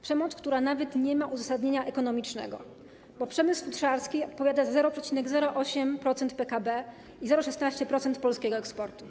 Przemoc, która nawet nie ma uzasadnienia ekonomicznego, bo przemysł futrzarski odpowiada za 0,08% PKB i 0,16% polskiego eksportu.